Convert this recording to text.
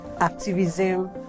activism